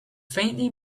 faintly